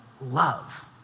Love